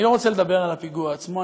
אני לא רוצה לדבר על הפיגוע עצמו,